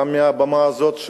גם מעל הבמה הזאת,